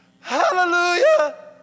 Hallelujah